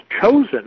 chosen